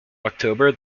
october